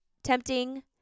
Tempting